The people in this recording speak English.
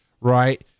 right